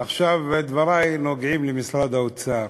עכשיו דברי נוגעים במשרד האוצר,